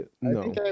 No